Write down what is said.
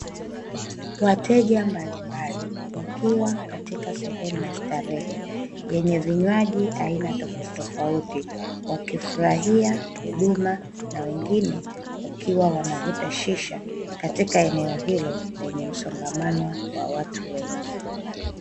Wateja mbalimbali wakiwa katika sehemu ya starehe yenye vinywaji aina tofauti tofauti wakifurahia huduma na wengine wakiwa wanavuta shisha katika eneo hilo lenye msongamano wa watu wengi.